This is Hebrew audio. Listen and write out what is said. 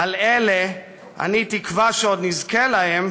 "ועל אלה שאני תקווה כי עוד נזכה להם,